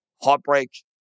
heartbreak